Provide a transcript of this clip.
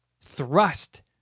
thrust